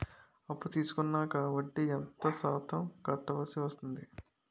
అప్పు తీసుకున్నాక వడ్డీ ఎంత శాతం కట్టవల్సి వస్తుంది?